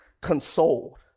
consoled